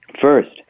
first